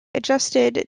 adjusted